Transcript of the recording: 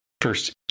first